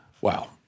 Wow